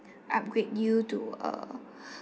upgrade you to err